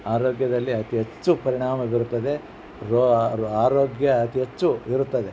ಆರೋಗ್ಯದಲ್ಲಿ ಅತಿ ಹೆಚ್ಚು ಪರಿಣಾಮ ಬೀರುತ್ತದೆ ರೊ ಅ ರೊ ಆರೋಗ್ಯ ಅತಿ ಹೆಚ್ಚು ಇರುತ್ತದೆ